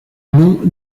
nom